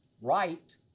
right